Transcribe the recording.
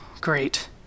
great